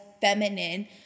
feminine